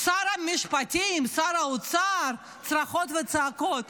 אז שר המשפטים, שר האוצר, צרחות וצעקות.